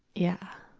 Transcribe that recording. yeah.